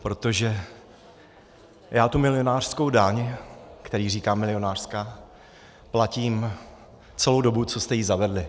Protože já tu milionářskou daň, které říkám milionářská, platím celou dobu, co jste ji zavedli.